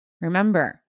Remember